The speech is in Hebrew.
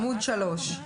עמוד 3,